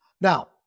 Now